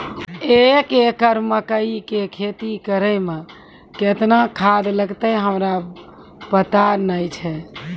एक एकरऽ मकई के खेती करै मे केतना खाद लागतै हमरा पता नैय छै?